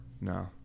No